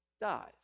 dies